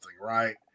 right